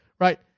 right